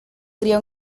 crió